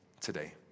today